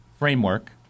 framework